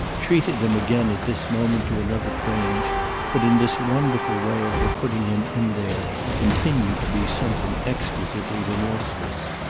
treated him again at this moment to another twinge but in this wonderful way of her putting him in there continued to be something exquisitely remorseless.